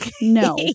no